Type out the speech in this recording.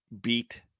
beat